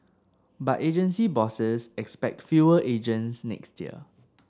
but agency bosses expect fewer agents next year